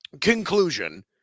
conclusion